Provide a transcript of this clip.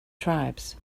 tribes